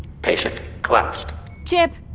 patient collapsed chip!